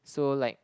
so like